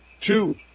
two